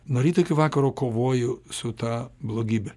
nuo ryto iki vakaro kovoju su ta blogybe